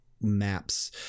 maps